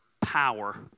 power